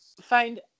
find